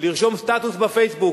לרשום סטטוס ב"פייסבוק".